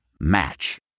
Match